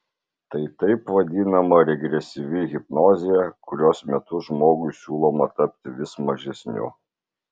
tai taip vadinama regresyvi hipnozė kurios metu žmogui siūloma tapti vis mažesniu